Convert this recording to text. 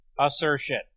assertion